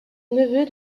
neveu